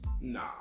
Nah